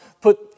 put